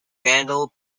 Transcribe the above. vandal